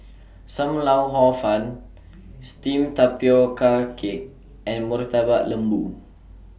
SAM Lau Hor Fun Steamed Tapioca Cake and Murtabak Lembu